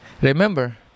remember